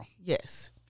yes